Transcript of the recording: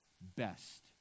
best